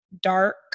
Dark